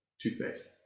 toothpaste